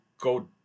go